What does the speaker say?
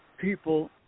people